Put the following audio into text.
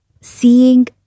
seeing